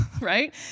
right